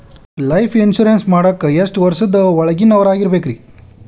Life insurance ಮಾಡಾಕ ಎಷ್ಟು ವರ್ಷದ ಒಳಗಿನವರಾಗಿರಬೇಕ್ರಿ?